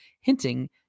hinting